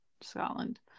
Scotland